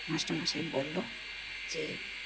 মাস্টারমশাই সাহেব বললো যে